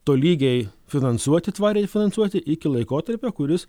tolygiai finansuoti tvariai finansuoti iki laikotarpio kuris